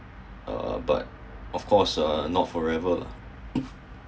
uh but of course uh not forever lah